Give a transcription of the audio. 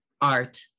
art